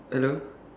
hello